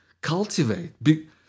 cultivate